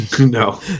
no